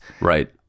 Right